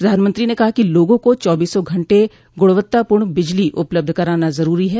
प्रधानमंत्री ने कहा कि लोगा को चौबीसों घंटे ग्णवत्तापूर्ण बिजली उपलब्ध कराना जरूरी है